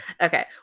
okay